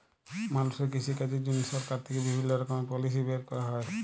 মালুষের কৃষিকাজের জন্হে সরকার থেক্যে বিভিল্য রকমের পলিসি বের ক্যরা হ্যয়